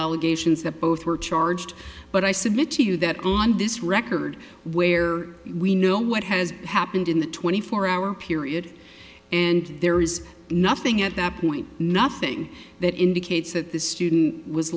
allegations that both were charged but i submit to you that on this record where we know what has happened in the twenty four hour period and there is nothing at that point nothing that indicates that the student was